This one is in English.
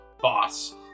boss